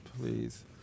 Please